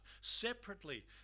separately